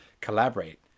collaborate